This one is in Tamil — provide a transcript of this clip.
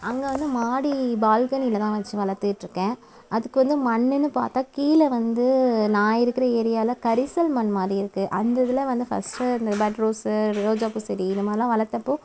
அங்கே வந்து மாடி பால்கனியில தான் வச்சி வளர்த்துட்ருக்கேன் அதுக்கு வந்து மண்ணுன்னு பார்த்தா கீழே வந்து நான் இருக்கிற ஏரியாவில கரிசல் மண்மாதிரி இருக்குது அந்த இதில் வந்து ஃபஸ்ட்டு இந்த பட்ரோஸ் ரோஜா பூ செடி இந்த மாதிரிலாம் வளர்த்தப்போ